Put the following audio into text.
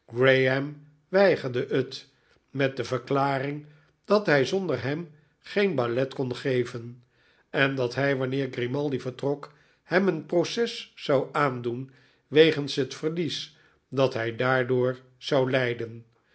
weigerde het met de verklaring dat hij zonder hem geen ballet kon ge ven en dat hij wanneer g rimaldi vertrok hem een proces zou aandoen wegens het verlies dat hij daardoor zou lijden